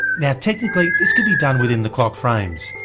now technically this could be done within the clock frames,